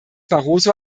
barroso